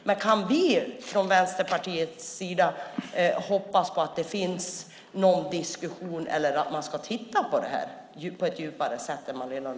Men kan vi från Vänsterpartiets sida hoppas att det finns någon diskussion eller att man ska titta på det här på ett djupare sätt än man har gjort?